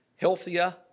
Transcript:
healthier